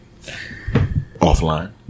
Offline